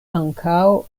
ankaŭ